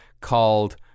called